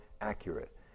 accurate